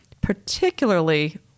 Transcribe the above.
particularly